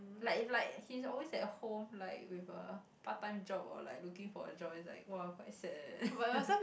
like if like he's always at home like with a part time job or like looking for a job it's like quite sad eh